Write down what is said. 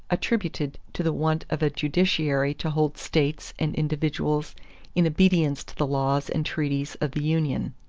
attributed to the want of a judiciary to hold states and individuals in obedience to the laws and treaties of the union.